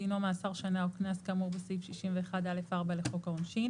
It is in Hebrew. דינו מאסר שנה או קנס כאמורבסעיף 61(א)(4) לחוק העונשין: